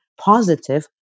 positive